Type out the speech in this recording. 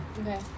Okay